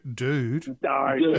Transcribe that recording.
dude